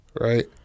right